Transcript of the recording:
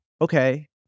okay